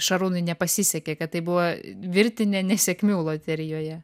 šarūnui nepasisekė kad tai buvo virtinė nesėkmių loterijoje